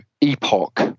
epoch